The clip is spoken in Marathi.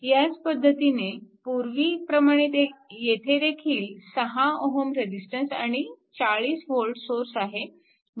ह्याच पद्धतीने पूर्वीप्रमाणेच येथे देखील 6 Ω रेजिस्टन्स आणि 40V सोर्स आहे